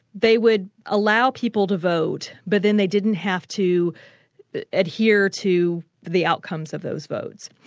they would allow people to vote, but then they didn't have to adhere to the outcomes of those votes.